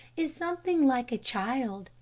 is something like a child.